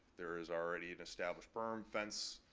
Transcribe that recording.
there is already an established firm fence.